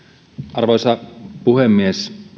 arvoisa puhemies